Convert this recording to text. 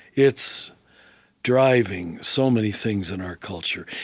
it's driving so many things in our culture,